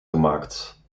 gemaakt